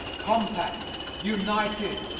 compact, united,